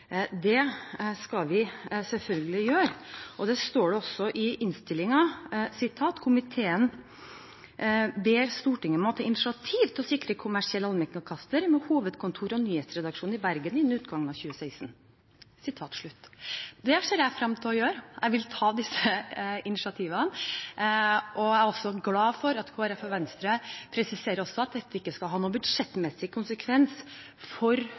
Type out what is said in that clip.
Det skal vi selvfølgelig gjøre – det står altså i innstillingen: «Stortinget ber regjeringen ta initiativ til å sikre kommersiell allmennkringkasting med hovedkontor og nyhetsredaksjon i Bergen innen utgangen av 2016.» Det ser jeg frem til å gjøre, jeg vil ta disse initiativene. Jeg er også glad for at Kristelig Folkeparti og Venstre presiserer at dette ikke skal ha noen budsjettmessig konsekvens for